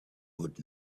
would